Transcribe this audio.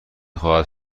خواهد